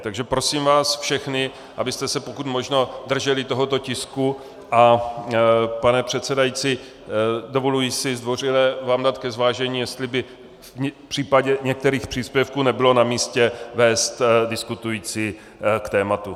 Takže prosím vás všechny, abyste se pokud možno drželi tohoto tisku a pane předsedající, dovoluji si zdvořile vám dát ke zvážení, jestli by v případě některých příspěvků nebylo namístě vést diskutující k tématu.